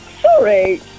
sorry